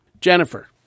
Jennifer